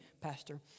pastor